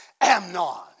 Amnon